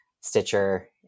Stitcher